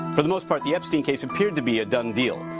for the most part the epstein case appeared to be a done deal.